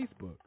Facebook